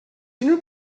unrhyw